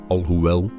Alhoewel